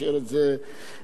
אדוני היושב-ראש,